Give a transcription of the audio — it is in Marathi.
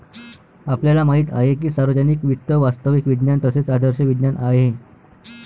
आपल्याला माहित आहे की सार्वजनिक वित्त वास्तविक विज्ञान तसेच आदर्श विज्ञान आहे